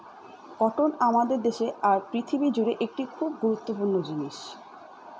cotton আমাদের দেশে আর পৃথিবী জুড়ে একটি খুব গুরুত্বপূর্ণ জিনিস